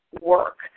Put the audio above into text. work